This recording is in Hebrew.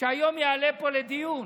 שהיום יעלה פה לדיון.